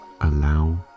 allow